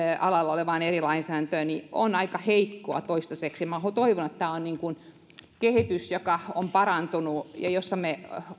alalla olevaan eri lainsäädäntöön on aika heikkoa toistaiseksi minä toivon että tämä on kehitys joka on parantunut ja jossa me